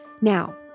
Now